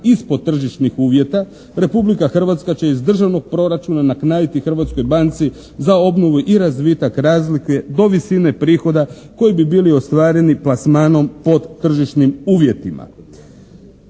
ispod tržišnih uvjeta Republika Hrvatska će iz Državnog proračuna naknaditi Hrvatskoj banci za obnovu i razvitak razlike do visine prihoda koji bi bili ostvareni plasmanom pod tržišnim uvjetima.